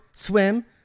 swim